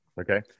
Okay